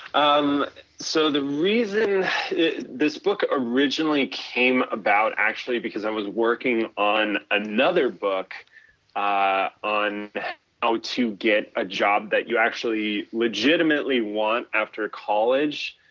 um so the reason this book originally came about actually because i was working on another book on how to get a job that you actually legitimately want after college,